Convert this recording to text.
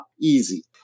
Easy